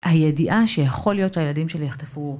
הידיעה שיכול להיות שהילדים שלי יחטפו